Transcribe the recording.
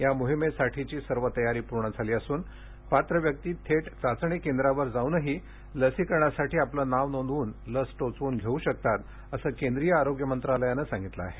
या मोहिमेसाठीची सर्व तयारी पूर्ण झाली नियोजित असून पात्र व्यक्ती थेट चाचणी केंद्रावर जाऊनही लसीकरणासाठी आपलं नाव नोंदवून लस टोचवून घेऊ शकतात असं केंद्रीय आरोग्य मंत्रालयानं सांगितलं आहे